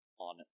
on